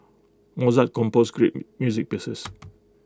Mozart composed great music pieces